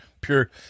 pure